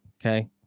okay